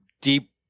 deep